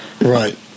Right